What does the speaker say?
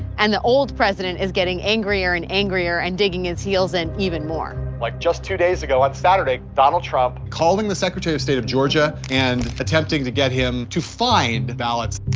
and the old president is getting angrier and angrier and digging his heels and even more. like two days ago on saturday, donald trump calling the secretary of state of georgia and attempting to get him to find